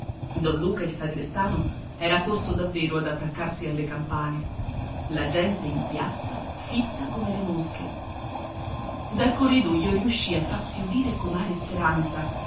don luca il sagrestano era corso davvero ad attaccarsi alle campane la gente in piazza fitta come le mosche dal corridoio riuscì a farsi udire comare speranza